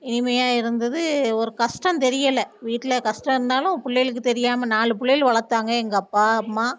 இனிமையாக இருந்தது ஒரு கஷ்டம் தெரியலை வீட்டில் கஷ்டம் இருந்தாலும் பிள்ளைகளுக்கு தெரியாமல் நாலு பிள்ளைகள் வளர்த்தாங்க எங்கள் அப்பா அம்மா